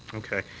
okay.